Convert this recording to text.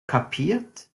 kapiert